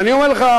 ואני אומר לך,